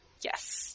Yes